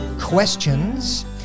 questions